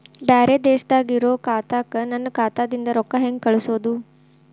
ಬ್ಯಾರೆ ದೇಶದಾಗ ಇರೋ ಖಾತಾಕ್ಕ ನನ್ನ ಖಾತಾದಿಂದ ರೊಕ್ಕ ಹೆಂಗ್ ಕಳಸೋದು?